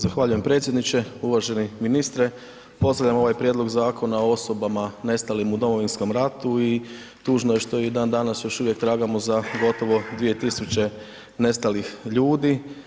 Zahvaljujem predsjedniče, uvaženi ministre, pozdravljam ovaj prijedlog zakona o osobama nestalim u Domovinsko ratu i tužno je što i dan danas još uvijek tragamo za gotovo 2000 nestalih ljudi.